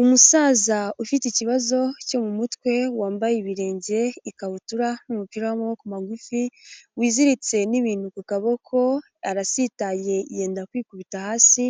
Umusaza ufite ikibazo cyo mu mutwe, wambaye ibirenge, ikabutura n'umupira w'amaboko magufi, wiziritse n'ibintu ku kaboko, arasitaye yenda kwikubita hasi,